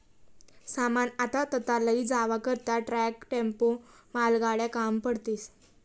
सामान आथा तथा लयी जावा करता ट्रक, टेम्पो, मालगाड्या काम पडतीस